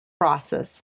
process